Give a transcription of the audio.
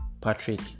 patrick